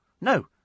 No